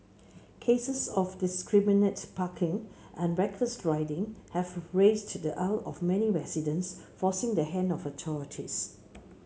cases of indiscriminate parking and reckless riding have raised the ire of many residents forcing the hand of authorities